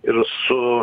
ir su